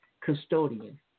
custodian